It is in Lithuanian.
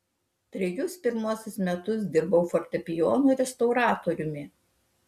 trejus pirmuosius metus dirbau fortepijonų restauratoriumi